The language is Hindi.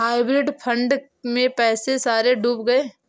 हाइब्रिड फंड में पैसे सारे डूब गए